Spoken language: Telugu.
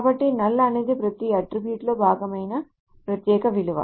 కాబట్టి null అనేది ప్రతి అట్ట్రిబ్యూట్ లో భాగమైన ప్రత్యేక విలువ